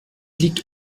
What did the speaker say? liegt